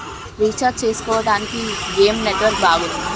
Recharge చేసుకోవటానికి ఏం network బాగుంది?